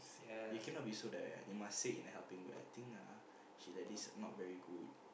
you cannot be so direct one you must say in a helping way I think ah she like this not very good